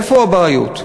איפה הבעיות?